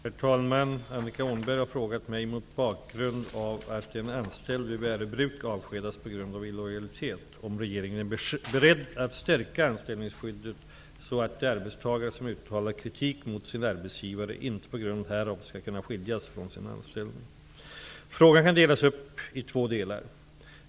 Herr talman! Annika Åhnberg har frågat mig, mot bakgrund av att en anställd vid Värö bruk avskedats på grund av ''illojalitet'', om regeringen är beredd att stärka anställningsskyddet så att de arbetstagare som uttalar kritik mot sin arbetsgivare inte på grund härav skall kunna skiljas från sin anställning. Frågan kan delas upp i två delar.